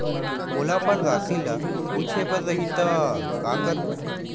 मोला अपन राशि ल पूछे बर रही त का करहूं?